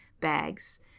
bags